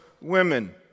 women